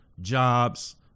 jobs